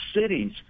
cities